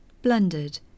blended